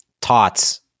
tots